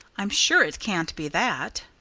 i'm sure it can't be that.